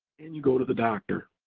and you go to the doctor.